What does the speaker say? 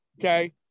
Okay